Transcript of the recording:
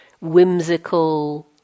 whimsical